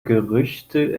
gerüchte